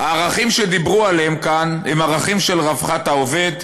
הערכים שדיברו עליהם כאן הם ערכים של רווחת העובד,